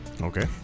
Okay